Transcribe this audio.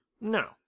no